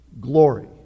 glory